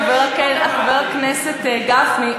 חבר הכנסת גפני,